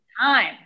time